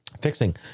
fixing